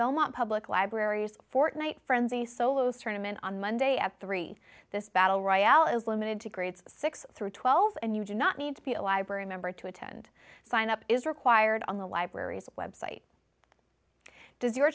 belmont public libraries fortnight frenzy solo's tournament on monday at three this battle royale is limited to grades six through twelve and you do not need to be a library member to attend sign up is required on the library's website does your